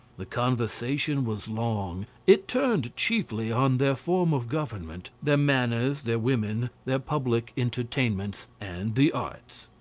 the conversation was long it turned chiefly on their form of government, their manners, their women, their public entertainments, and the arts.